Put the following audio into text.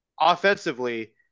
offensively